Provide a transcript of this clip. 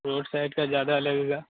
road side का ज़्यादा लगेगा